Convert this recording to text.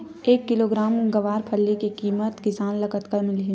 एक किलोग्राम गवारफली के किमत किसान ल कतका मिलही?